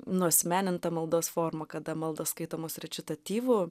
nuasmeninta maldos forma kada maldos skaitomos rečitatyvu